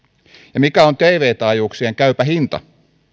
ja mikä on tv taajuuksien käypä hinta